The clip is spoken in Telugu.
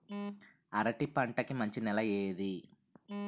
అరటి పంట కి మంచి నెల ఏది?